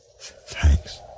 Thanks